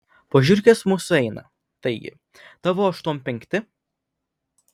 po žiurkės mūsų eina taigi tavo aštuom penkti